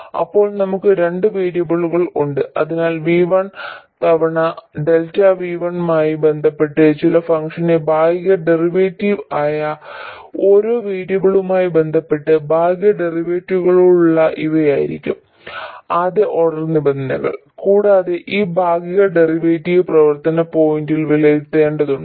ഇപ്പോൾ നമുക്ക് രണ്ട് വേരിയബിളുകൾ ഉണ്ട് അതിനാൽ V1 തവണ Δ V1 മായി ബന്ധപ്പെട്ട് ഈ ഫംഗ്ഷന്റെ ഭാഗിക ഡെറിവേറ്റീവ് ആയ ഓരോ വേരിയബിളുമായി ബന്ധപ്പെട്ട് ഭാഗിക ഡെറിവേറ്റീവുകളുള്ള ഇവയായിരിക്കും ആദ്യ ഓർഡർ നിബന്ധനകൾ കൂടാതെ ഈ ഭാഗിക ഡെറിവേറ്റീവ് പ്രവർത്തന പോയിന്റിൽ വിലയിരുത്തേണ്ടതുണ്ട്